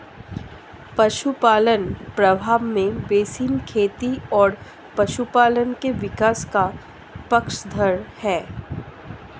पशुपालन प्रभाव में बेसिन खेती और पशुपालन के विकास का पक्षधर है